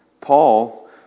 Paul